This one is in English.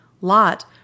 Lot